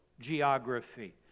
geography